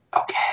Okay